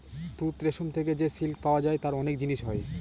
তুত রেশম থেকে যে সিল্ক পাওয়া যায় তার অনেক জিনিস হয়